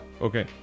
okay